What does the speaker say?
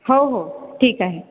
हो हो ठीक आहे